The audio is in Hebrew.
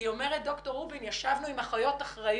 אומרת דוקטור רובין שהם ישבו עם אחיות אחראיות.